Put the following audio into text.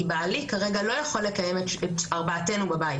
כי בעלי כרגע לא יכול לקיים את ארבעתנו בבית.